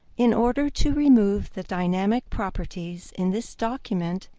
in order to remove the dynamic properties in this document,